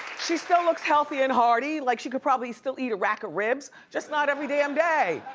she still looks healthy and hearty, like she could probably still eat a rack of ribs just not every damn day!